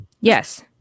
Yes